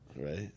right